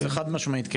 זה חד משמעית כן,